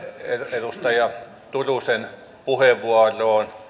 edustaja turusen puheenvuoroon